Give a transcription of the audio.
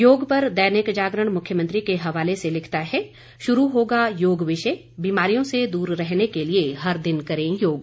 योग पर दैनिक जागरण मुख्यमंत्री के हवाले से लिखता है शुरू होगा योग विषय बीमारियों से दूर रहने के लिये हर दिन करें योग